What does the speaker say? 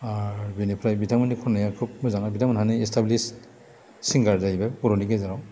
आरो बिनिफ्राय बिथांमोननि खननाया खुब मोजां बिथांमोनहानो इस्टाब्लिस सिंगार जाहैबाय बर'नि गेजेराव